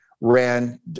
ran